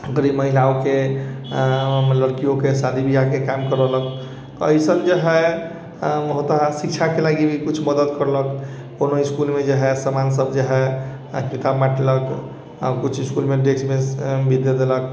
गरीब महिलाओं के लड़कियों के शादी काम बियाह के काम करोलक एसन जे है बहुत रास शिक्षा के लागी भी कुछ मदद करलक कोनो इसकुल मे जे है समान सब जे है किताब बँटलक आब कुछ इसकुल डेस्क बेंच भी दे देलक